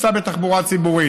תיסע בתחבורה ציבורית.